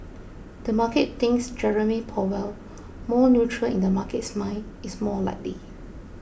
the market thinks Jerome Powell more neutral in the market's mind is more likely